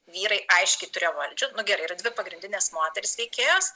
vyrai aiškiai turėjo valdžią nu gerai yra dvi pagrindinės moterys veikėjos